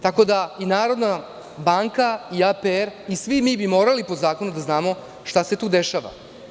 Tako da, Narodna banka, APR i svi mi bismo morali po zakonu da znamo šta se tu dešava.